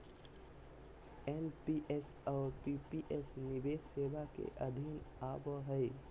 NPS और PPS निवेश सेवा के अधीन आवो हय